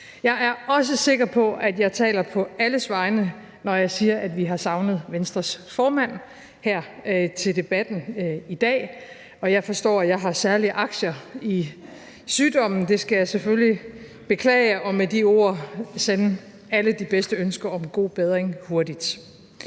Jeg er også sikker på, at jeg taler på alles vegne, når jeg siger, at vi har savnet Venstres formand her til debatten, og jeg forstår, at jeg har særlige aktier i sygdommen. Det skal jeg selvfølgelig beklage og med de ord sende alle de bedste ønsker om god bedring hurtigt.